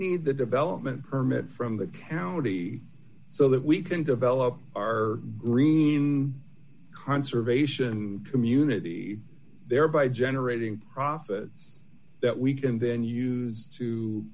need the development permit from the county so that we can develop our green conservation community thereby generating profit that we can then use to